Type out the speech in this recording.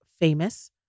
famous